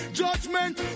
judgment